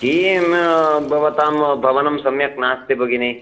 किं भवतां भवनं सम्यक् नास्ति भगिनी